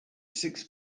six